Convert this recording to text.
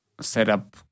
setup